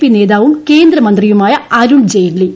P നേതാവും കേന്ദ്രമന്ത്രിയുമായ അരുൺ ജെയ്റ്റ്ലി